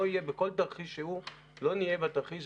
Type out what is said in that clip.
לא יהיה בכל תרחיש שהוא --- לא נהיה בתרחיש,